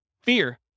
Fear